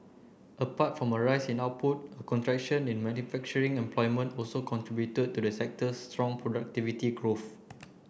apart from a rise in output a contraction in manufacturing employment also contributed to the sector's strong productivity growth